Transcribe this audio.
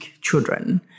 children